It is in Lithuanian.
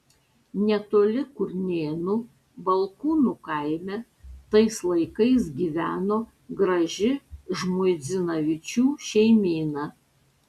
netoli kurnėnų balkūnų kaime tais laikais gyveno graži žmuidzinavičių šeimyna